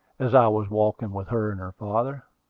as i was walking with her and her father.